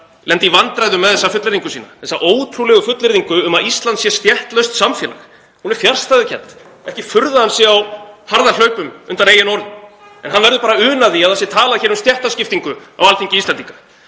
lendi í vandræðum með þessa fullyrðingu sína, þessa ótrúlegu fullyrðingu um að Ísland sé stéttlaust samfélag. Hún er fjarstæðukennd. Það er ekki furða að hann sé á harðahlaupum undan eigin orðum en hann verður bara að una því að talað sé um stéttaskiptingu á Alþingi Íslendinga.